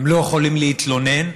הם לא יכולים להתלונן,